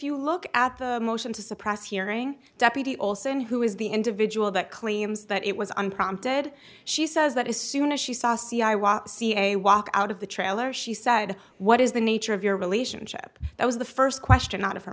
you look at the motion to suppress hearing deputy olson who is the individual that claims that it was unprompted she says that as soon as she saw c i walk see a walk out of the trailer she said what is the nature of your relationship that was the first question out of her